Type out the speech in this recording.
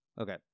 Okay